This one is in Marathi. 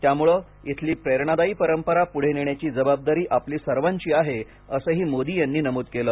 त्यामुळे इथली प्रेरणादायी परंपरा पुढे नेण्याची जबाबदारी आपली सर्वांची आहे असही मोदी यांनी नमूद केलं